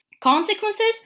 consequences